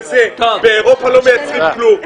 לכן באירופה לא מייצרים כלום.